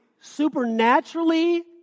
Supernaturally